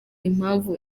impamvu